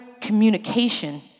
communication